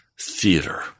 theater